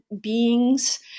beings